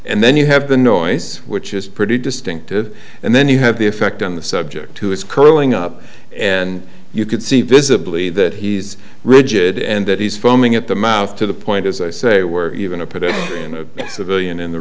and then you have the noise which is pretty distinctive and then you have the effect on the subject who is curling up and you can see visibly that he's rigid and that he's foaming at the mouth to the point as i say were even to put it in a civilian in the